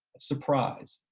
surprise,